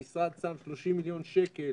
המשרד שם 30 מיליון שקל